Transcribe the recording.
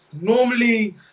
Normally